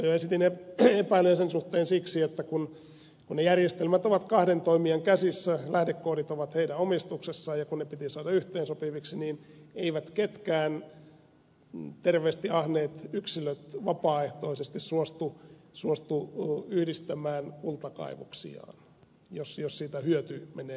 silloin jo esitin epäilyjä sen suhteen siksi että kun ne järjestelmät ovat kahden toimijan käsissä lähdekoodit ovat heidän omistuksessaan ja kun ne piti saada yhteensopiviksi niin eivät ketkään terveesti ahneet yksilöt vapaaehtoisesti suostu yhdistämään kultakaivoksiaan jos siitä hyöty menee jollekin muulle